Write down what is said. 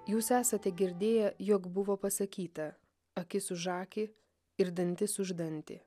jūs esate girdėję jog buvo pasakyta akis už akį ir dantis už dantį